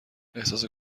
احساس